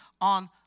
on